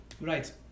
Right